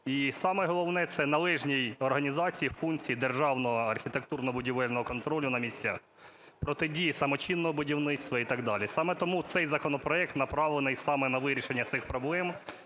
І саме головне – це належні організації функції державного архітектурно-будівельного контролю на місцях, протидії самочинному будівництву і так далі. Саме тому цей законопроект направлений саме на вирішення цих проблем.